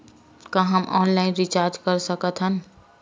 का हम online recharge कर सकत हन?